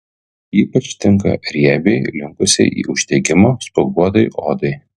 ypač tinka riebiai linkusiai į uždegimą spuoguotai odai